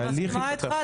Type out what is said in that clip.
אני מסכימה איתך.